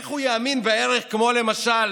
איך הוא יאמין בערך כמו למשל